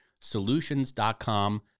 Solutions.com